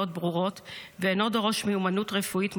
ברורות ואינו דורש מיומנות רפואית מוקדמת,